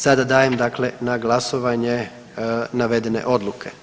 Sada dajem dakle na glasovanje navedene odluke.